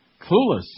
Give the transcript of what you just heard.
clueless